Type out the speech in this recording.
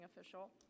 official